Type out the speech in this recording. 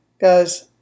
guys